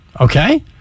Okay